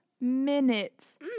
minutes